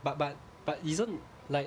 but but but isn't like